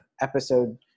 episode